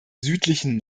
südlichen